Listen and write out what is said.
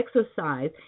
exercise